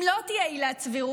אם לא תהיה עילת סבירות,